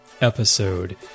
episode